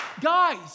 guys